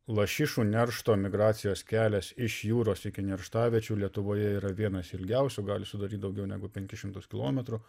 lašišų neršto migracijos kelias iš jūros iki nerštaviečių lietuvoje yra vienas ilgiausių gali sudaryt daugiau negu penkis šimtus kilometrų